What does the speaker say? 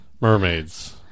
mermaids